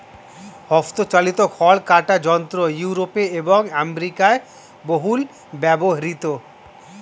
হস্তচালিত খড় কাটা যন্ত্র ইউরোপে এবং আমেরিকায় বহুল ব্যবহৃত